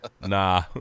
Nah